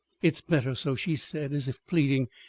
it's better so, she said, as if pleading.